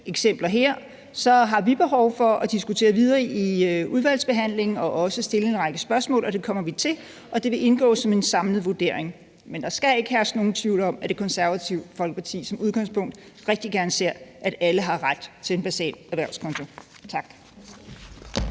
eksempler her har vi behov for at diskutere videre i udvalgsbehandlingen og også stille en række spørgsmål, og det kommer vi til, så det vil indgå som en samlet vurdering. Men der skal ikke herske nogen tvivl om, at Det Konservative Folkeparti som udgangspunkt rigtig gerne ser, at alle har ret til en basal erhvervskonto. Tak.